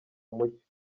umucyo